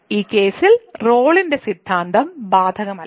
ഈ കേസിൽ റോളിന്റെ സിദ്ധാന്തം ബാധകമല്ല